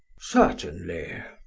certainly.